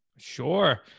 Sure